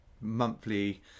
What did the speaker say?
monthly